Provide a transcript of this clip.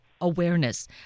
awareness